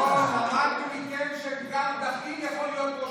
רון, למדנו מכם שגם דחליל יכול להיות ראש ממשלה.